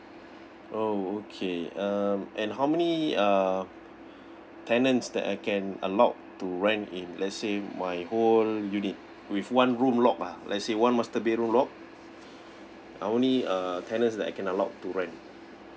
oh okay um and how many uh tenants that I can allowed to rent in let's say my whole unit with one room locked ah let's say one master bedroom locked I only uh talents that I can aloowed to rent